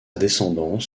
descendance